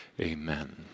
amen